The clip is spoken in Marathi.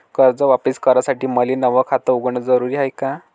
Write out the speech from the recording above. कर्ज वापिस करासाठी मले नव खात उघडन जरुरी हाय का?